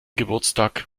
geburtstag